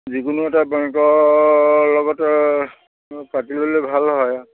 যিকোনো এটা বেংকৰ লগত পাতি ল'লে ভাল হয়